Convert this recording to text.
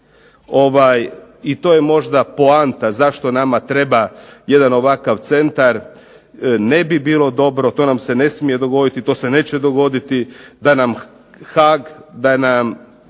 i to je možda poanta zašto nama treba jedan ovakav centar. Ne bi bilo dobro, to nam se ne smije dogoditi, to se neće dogoditi da nam Haag, da nam